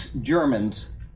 Germans